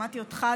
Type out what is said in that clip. שמעתי אותך,